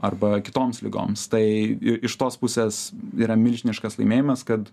arba kitoms ligoms tai iš tos pusės yra milžiniškas laimėjimas kad